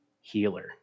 healer